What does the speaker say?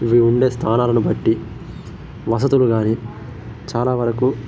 ఇది ఉండే స్థానాలను బట్టి వసతులు గానీ చాలా వరకు